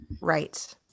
Right